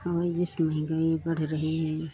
और जिस महँगाई बढ़ रही है